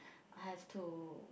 I have to